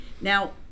Now